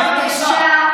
בבקשה,